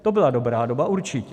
To byla dobrá doba určitě.